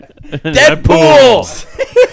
Deadpool